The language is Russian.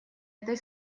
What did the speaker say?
этой